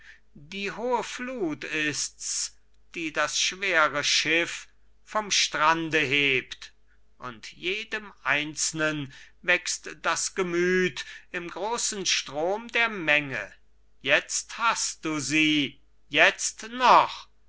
die hohe flut ists die das schwere schiff vom strande hebt und jedem einzelnen wächst das gemüt im großen strom der menge jetzt hast du sie jetzt noch